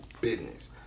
business